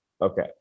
Okay